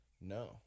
No